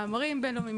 מאמרים בינלאומיים,